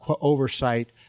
oversight